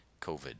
COVID